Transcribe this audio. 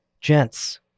gents